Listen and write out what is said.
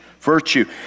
virtue